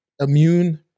immune